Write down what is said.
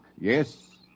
Yes